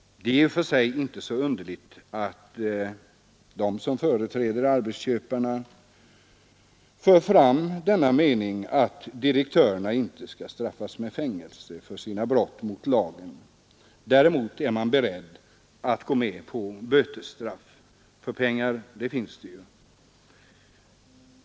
Det är i och för sig inte så underligt att de som företräder arbetsköparna för fram den meningen att direktörerna inte skall straffas med fängelse för sina brott mot lagen. Däremot är man beredd att gå med på bötesstraff. Pengar finns ju.